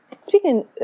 Speaking